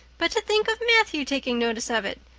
but to think of matthew taking notice of it!